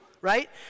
right